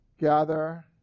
gather